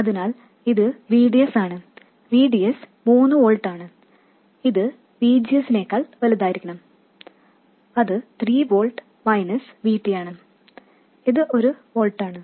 അതിനാൽ ഇത് VDS ആണ് VDS മൂന്ന് വോൾട്ട് ആണ് ഇത് VGS നേക്കാൾ വലുതായിരിക്കണം അത് 3 വോൾട്ട്സ് VT ആണ് ഇത് ഒരു വോൾട്ട് ആണ്